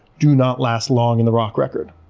do not last long in the rock record.